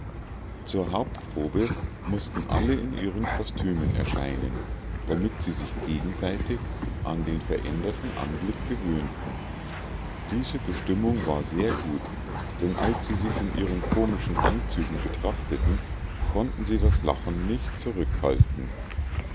zur hauptprobe mußten alle in ihren kostümen erscheinen damit sie sich gegenseitig an den veränderten anblick gewöhnten diese bestimmung war sehr gut denn als sie sich in ihren komischen anzügen betrachteten konnten sie das lachen nicht zurückhalten